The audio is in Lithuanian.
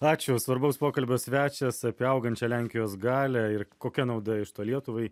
ačiū svarbaus pokalbio svečias apie augančią lenkijos galią ir kokia nauda iš to lietuvai